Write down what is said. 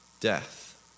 death